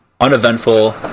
Uneventful